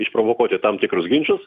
išprovokuoti tam tikrus ginčus